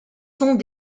sont